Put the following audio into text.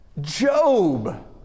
Job